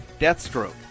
Deathstroke